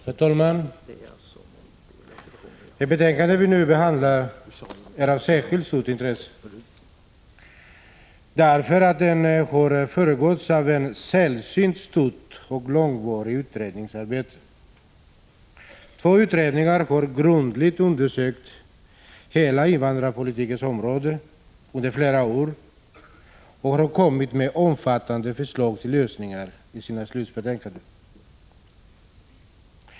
Herr talman! De betänkanden som vi nu behandlar är av särskilt stort intresse. De har föregåtts av ett sällsynt omfattande och långvarigt utredningsarbete. Två utredningar har under flera år grundligt undersökt hela det invandrarpolitiska området, och de har i sina slutbetänkanden lagt fram många förslag till lösningar.